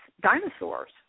dinosaurs